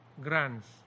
grants